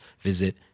visit